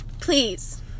please